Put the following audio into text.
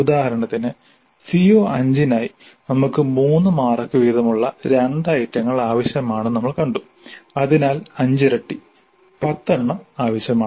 ഉദാഹരണത്തിന് CO5 നായി നമുക്ക് 3 മാർക്ക് വീതമുള്ള രണ്ട് ഐറ്റങ്ങൾ ആവശ്യമാണെന്ന് നമ്മൾ കണ്ടു അതിനാൽ അഞ്ചിരട്ടി 10 എണ്ണം ആവശ്യമാണ്